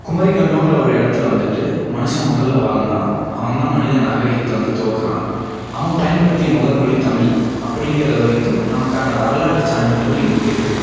குமரிகண்டங்கிற ஒரு இடத்துல வந்துட்டு மனுசன் மொதலில் வாழ்ந்தான் அவன் தான் மனித நாகரீகத்தை வந்து துவக்கினான் அவன் பயன்படுத்திய முதல் மொழி தமிழ் அப்டிங்கிறது வரைக்கும் நமக்கான வரலாற்று சான்றிதழ்கள் இங்கே இருக்குது